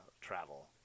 travel